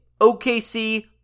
OKC